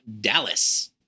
Dallas